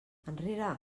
enrere